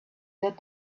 that